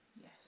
Yes